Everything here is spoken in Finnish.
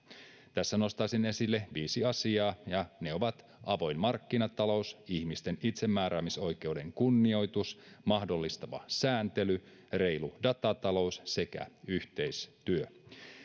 tässä nostaisin esille viisi asiaa ja ne ovat avoin markkinatalous ihmisten itsemääräämisoikeuden kunnioitus mahdollistava sääntely reilu datatalous sekä yhteistyö